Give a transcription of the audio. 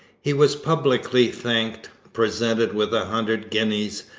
he was publicly thanked, presented with a hundred guineas,